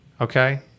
Okay